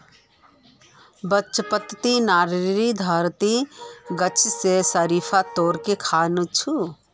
बचपनत नानीर घरत गाछ स शरीफा तोड़े खा छिनु